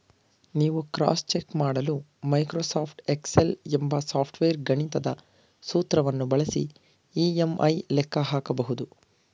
ನೀವು cross check ಮಾಡಲು Microsoft Excel ಎಂಬ ಸಾಫ್ಟ್ವೇರ್ ಗಣಿತದ ಸೂತ್ರವನ್ನು ಬಳಸಿ ಇ.ಎಂ.ಐ ಲೆಕ್ಕ ಹಾಕಬಹುದು